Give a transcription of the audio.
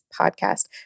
Podcast